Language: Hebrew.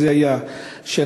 שהייתה השדולה,